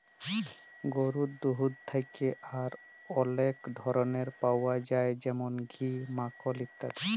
গরুর দুহুদ থ্যাকে আর অলেক ধরলের পাউয়া যায় যেমল ঘি, মাখল ইত্যাদি